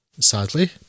Sadly